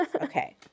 Okay